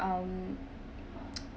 um